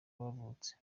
bavutse